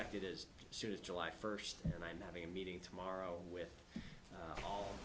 did as soon as july first and i'm having a meeting tomorrow with